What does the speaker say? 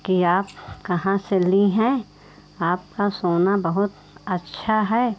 कि आप कहाँ से ली हैं आपका सोना बहुत अच्छा है